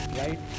right